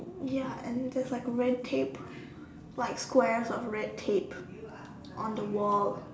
ya and there's like a red tape like squares of red tape on the wall